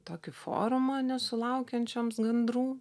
tokį forumą nesulaukiančioms gandrų